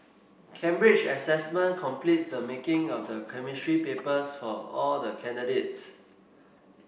Cambridge Assessment completes the marking of the Chemistry papers for all the candidates